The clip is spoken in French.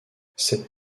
cette